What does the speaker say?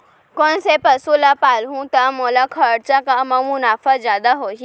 कोन से पसु ला पालहूँ त मोला खरचा कम अऊ मुनाफा जादा होही?